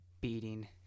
beating